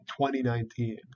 2019